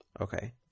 Okay